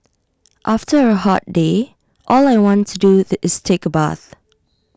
after A hot day all I want to do the is take A bath